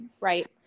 right